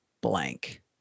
blank